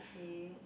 k